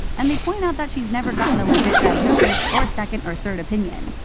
and they point out that she's never gotten a legit diagnosis or a second or third opinion.